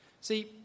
See